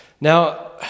Now